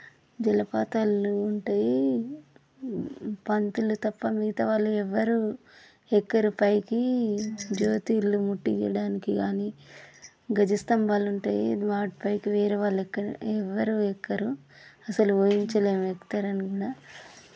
జలపాతాలు ఉంటయి పంతులు తప్ప మిగతావాళ్ళు ఎవ్వరు ఎక్కరు పైకి జ్యోతులు ముట్టీయడానికి కాని ధ్వజస్తంభాలుంటాయి వాటిపైకి వేరేవాళ్ళు ఎక్కరు ఎవ్వరూ ఎక్కరు అసలు ఊహించలేము ఎక్కుతారని కూడా